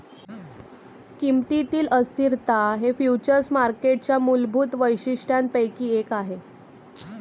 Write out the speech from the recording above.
किमतीतील अस्थिरता हे फ्युचर्स मार्केटच्या मूलभूत वैशिष्ट्यांपैकी एक आहे